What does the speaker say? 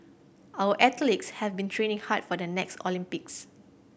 our athletes have been training hard for the next Olympics